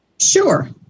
Sure